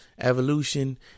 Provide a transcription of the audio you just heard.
evolution